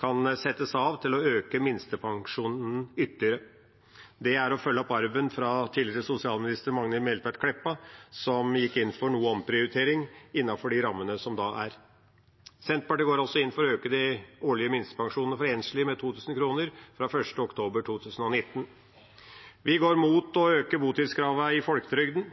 kan settes av til å øke minstepensjonen ytterligere. Det er å følge opp arven fra tidligere sosialminister Magnhild Meltveit Kleppa, som gikk inn for noe omprioritering innenfor de rammene som er. Senterpartiet går også inn for å øke de årlige minstepensjonene for enslige med 2 000 kr fra 1. oktober 2019. Vi går imot å øke botidskravet i folketrygden